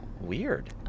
weird